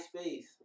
space